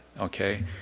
okay